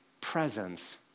presence